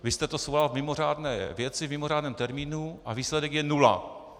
Vy jste to svolal v mimořádné věci, v mimořádném termínu, a výsledek je nula.